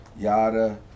Yada